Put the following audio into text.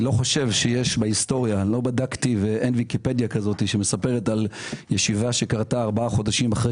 אני לא בדקתי ואין ויקיפדיה שמספרת על ישיבה שקרתה ארבעה חודשים אחרי